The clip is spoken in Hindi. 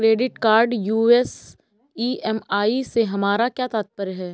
क्रेडिट कार्ड यू.एस ई.एम.आई से हमारा क्या तात्पर्य है?